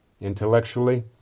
Intellectually